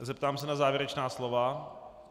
Zeptám se na závěrečná slova.